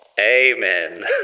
Amen